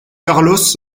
carlos